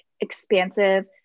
expansive